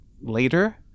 later